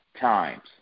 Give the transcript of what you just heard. times